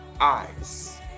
eyes